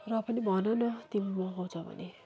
र पनि भन न तिमी मगाउँछौ भने